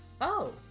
Oh